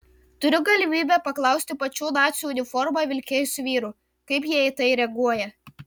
turiu galimybę paklausti pačių nacių uniformą vilkėjusių vyrų kaip jie į tai reaguoja